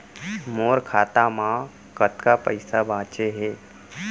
मोर खाता मा कतका पइसा बांचे हे?